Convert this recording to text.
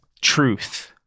truth